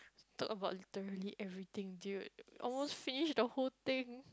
talk about literally everything dude almost finish the whole thing